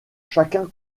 chacun